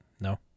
No